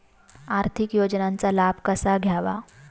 आर्थिक योजनांचा लाभ कसा घ्यावा?